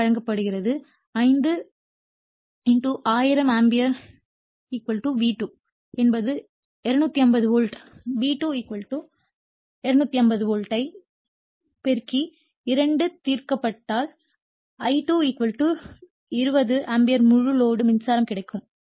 ஏ வழங்கப்படுகிறது 5 1000 ampere V2 என்பது 250 volt V2 250 volt ஐ 2 தீர்க்கப்பட்டால் I2 20 ஆம்பியர் முழு லோடு மின்சாரமும் கிடைக்கும்